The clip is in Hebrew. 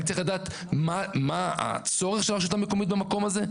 אני צריך לדעת מה הצורך של הרשות המקומית במקום הזה.